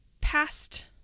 past